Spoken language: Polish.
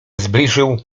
zbliżył